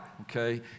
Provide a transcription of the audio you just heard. okay